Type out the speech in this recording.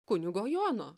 kunigo jono